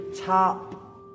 top